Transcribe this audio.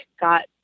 got